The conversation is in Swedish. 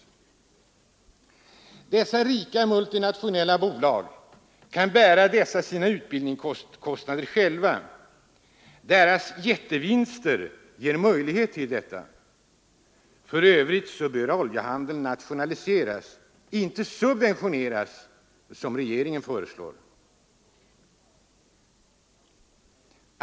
Dessa rika multinationella bolag kan bära sina utbildningskostnader själva — deras jättevinster ger möjligheter till detta. För övrigt bör oljehandeln nationaliseras — inte subventioneras, som regeringen föreslår.